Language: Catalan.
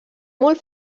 molt